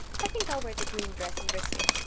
i think i'll wear the green dress and risk it.